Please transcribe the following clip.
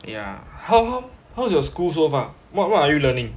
yeah how how how's your school so far what what are you learning